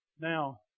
Now